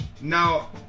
Now